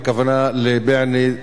הכוונה לבענה,